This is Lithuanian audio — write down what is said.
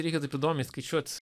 reikia taip įdomiai skaičiuot